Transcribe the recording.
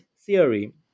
theory